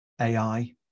AI